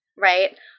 right